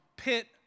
pit